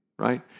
right